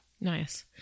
Nice